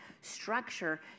structure